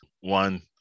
One